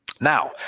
Now